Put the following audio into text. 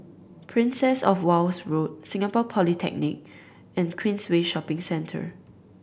Princess Of Wales Road Singapore Polytechnic and Queensway Shopping Centre